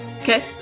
Okay